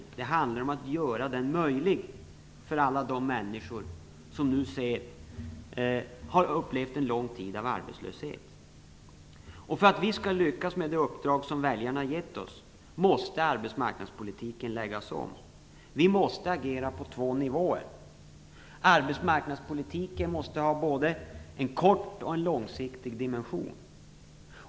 I stället handlar det om att göra den möjlig för alla de människor som har upplevt arbetslöshet under en lång tid. För att vi skall lyckas med det uppdrag som väljarna har gett oss måste arbetsmarknadspolitiken läggas om. Vi måste agera på två nivåer. Arbetsmarknadspolitiken måste ha både en kortsiktig och en långsiktig dimension.